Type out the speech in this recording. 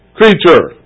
creature